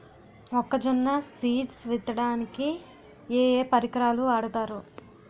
మొక్కజొన్న సీడ్ విత్తడానికి ఏ ఏ పరికరాలు వాడతారు?